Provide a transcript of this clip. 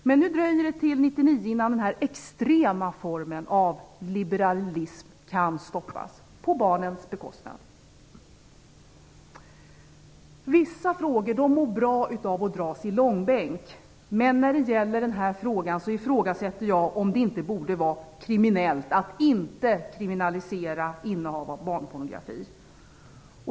Men nu dröjer till 1999 innan denna extrema form av liberalism kan stoppas, på barnens bekostnad. Vissa frågor mår bra av att dras i långbänk. Men när det gäller den här frågan undrar jag om det inte borde vara kriminellt att inte kriminalisera innehav av barnpornografi.